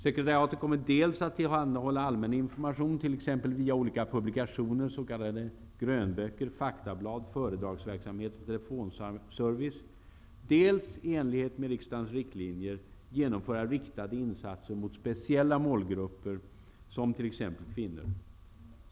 Sekretariatet kommer dels att tillhandahålla allmän information, t.ex. via olika publikationer, s.k. grönböcker, faktablad, föredragsverksamhet och telefonservice, dels i enlighet med riksdagens riktlinjer genomföra riktade insatser mot speciella målgrupper, t.ex. kvinnor.